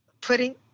putting